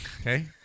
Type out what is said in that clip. okay